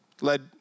led